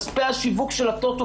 כספי השיווק של הטוטו,